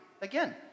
Again